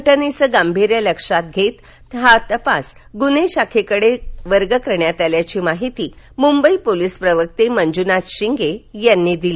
घटनेचे गांभीर्य लक्षात घेत तपास गुन्हे शाखेकडे वर्ग करण्यात आल्याची माहिती मुंबई पोलिस प्रवक्ते मंजुनाथ शिंगे यांनी दिली